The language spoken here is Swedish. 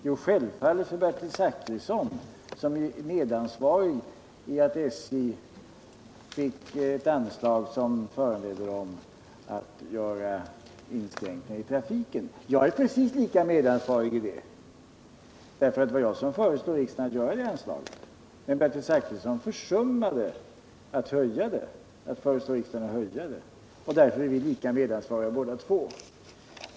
Jo, självfallet för Bertil Zachrisson, som är medansvarig till att SJ fick ett anslag som föranleder företaget att göra inskränkningar i trafiken. Jag är precis lika medansvarig för det som han, eftersom det var jag som föreslog riksdagen det anslaget, men Bertil Zachrisson försummade att föreslå riksdagen att höja anslaget. Därför är vi lika medansvariga båda två.